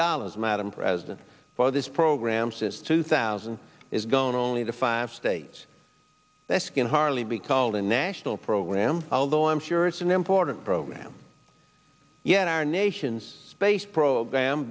dollars madam president for this program since two thousand is going only to five states that's can hardly be called a national program although i'm sure it's an important program yet our nation's space program